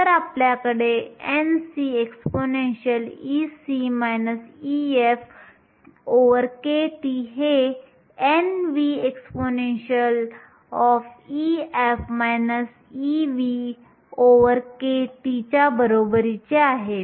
तर आपल्याकडे Nc expEc EfkT हे Nv expEf EvkT च्या बरोबरीचे आहे